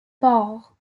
ports